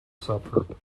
suburb